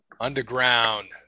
Underground